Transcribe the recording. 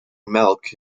melk